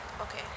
Okay